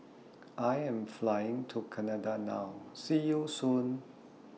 I Am Flying to Canada now See YOU Soon